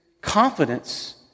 confidence